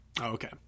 Okay